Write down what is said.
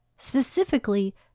Specifically